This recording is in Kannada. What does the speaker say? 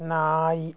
ನಾಯಿ